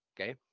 Okay